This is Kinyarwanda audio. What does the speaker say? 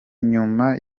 nyuma